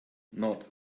not